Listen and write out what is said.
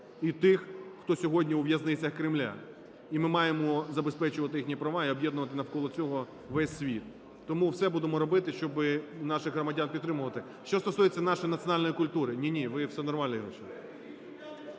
і тих, хто сьогодні у в'язницях Кремля. І ми маємо забезпечувати їхні права, і об'єднувати навколо цього весь світ. Тому все будемо робити, щоб наших громадян підтримувати. Що стосується нашої національної культури. Ні-ні, ви все нормально, Ігор